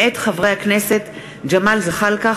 מאת חברי הכנסת ג'מאל זחאלקה,